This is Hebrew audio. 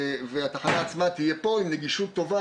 והתחנה עצמה תהיה פה עם נגישות טובה,